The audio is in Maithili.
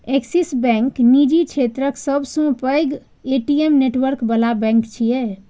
ऐक्सिस बैंक निजी क्षेत्रक सबसं पैघ ए.टी.एम नेटवर्क बला बैंक छियै